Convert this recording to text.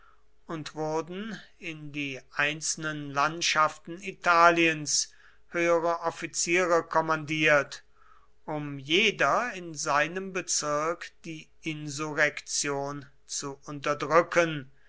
und wurden in die einzelnen landschaften italiens höhere offiziere kommandiert um jeder in seinem bezirk die insurrektion zu unterdrücken